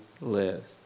live